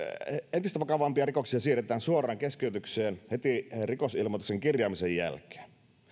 entistä vakavampia rikoksia siirretään suoraan keskeytykseen heti rikosilmoituksen kirjaamisen jälkeen